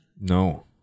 no